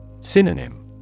Synonym